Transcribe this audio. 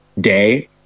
day